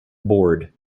bored